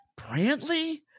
brantley